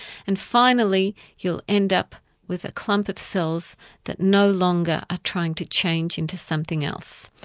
and finally, you'll end up with a clump of cells that no longer are trying to change into something else.